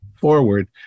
forward